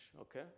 okay